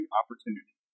opportunity